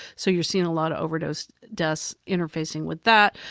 so you're seeing a lot of overdose deaths interfacing with that,